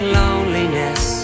loneliness